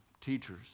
teachers